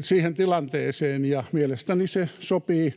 siihen tilanteeseen, ja mielestäni se sopii